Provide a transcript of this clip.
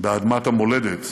באדמת המולדת